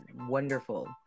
wonderful